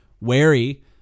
wary